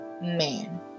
man